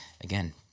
again